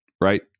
right